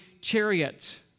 chariot